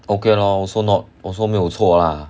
okay lor so not also 没有错 lah